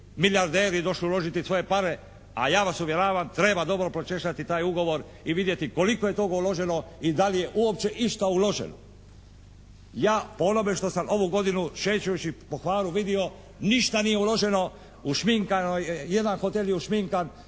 milijarderi došli uložiti svoje pare, a ja vas uvjeravam treba dobro pročešljati taj ugovor i vidjeti koliko je toga uloženo i da li je uopće išta uloženo. Ja o onome što sam ovu godinu šeću po Hvaru vidio, ništa nije uloženo, jedan hotel je ušminkan